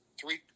three